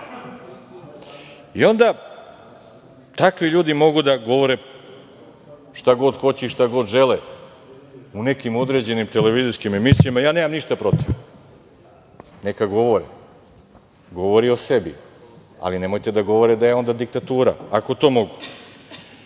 Onda takvi ljudi mogu da govore šta god hoće i šta god žele u nekim određenim televizijskim emisijama, ja nemam ništa protiv. Neka govore. Govori o sebi, ali nemojte da govore da je onda diktatura, ako to mogu. Tu